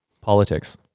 politics